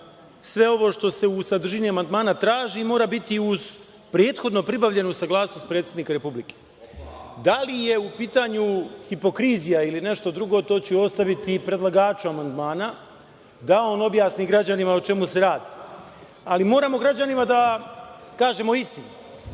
sve ovo što se u sadržini amandmana traži mora biti uz prethodno pribavljenu saglasnost predsednika Republike. Da li je u pitanju hipokrizija ili nešto drugo, to ću ostaviti predlagaču amandmana da on objasni građanima o čemu se radi, ali moramo građanima da kažemo istinu